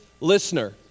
listener